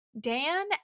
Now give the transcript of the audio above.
Dan